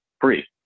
free